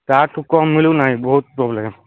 ତାଠୁ କମ୍ ମିଳୁନାଇଁ ବହୁତ ପ୍ରୋବ୍ଲେମ୍